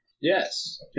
Yes